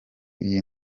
iyi